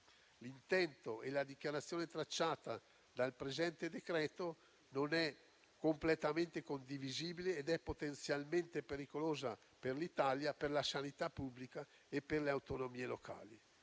L'intento e la dichiarazione tracciata dal presente decreto-legge non sono completamente condivisibili e sono potenzialmente pericolosi per l'Italia, per la sanità pubblica e per le autonomie locali.